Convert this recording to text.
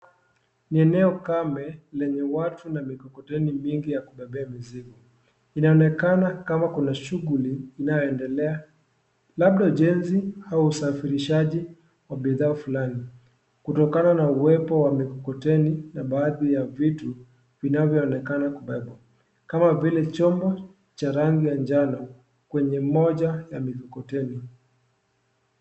Ni eneo kame lenye watu na mikokoteni mingi ya kubebea mizigo. Inaonekana kama kuna shughuli inayoendelea. Labda ujenzi au usafirishaji wa bidhaa fulani, kutokana na uwepo wa mikokoteni na baadhi ya vitu vinavyoonekana kubeba, kama vile, chombo cha rangi ya njano kwenye moja ya mikokoteni.